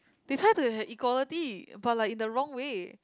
they try to have equality but like in the wrong way